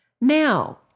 Now